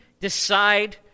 decide